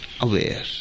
aware